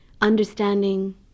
understanding